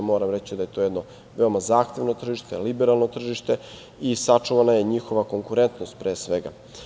Moram reći da je to jedno veoma zahtevno tržište, liberalno tržište i sačuvana je njihova konkurentnost pre svega.